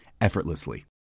effortlessly